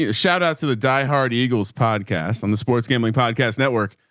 ah shout out to the diehard eagles podcast on the sports gambling podcast network,